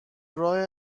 راه